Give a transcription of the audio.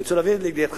אני רוצה להביא לידיעתך,